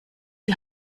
die